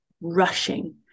rushing